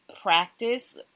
practice